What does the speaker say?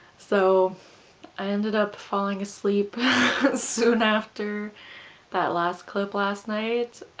so i ended up falling asleep soon after that last clip last night